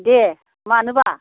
दे मानोबा